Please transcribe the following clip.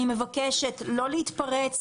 אני מבקשת לא להתפרץ.